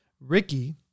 Ricky